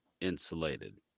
insulated